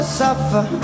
suffer